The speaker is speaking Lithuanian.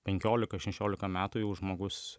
penkiolika šešiolika metų jau žmogus